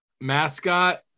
mascot